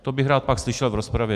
To bych rád pak slyšel v rozpravě.